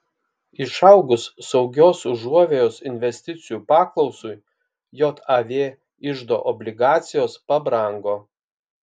išaugus saugios užuovėjos investicijų paklausai jav iždo obligacijos pabrango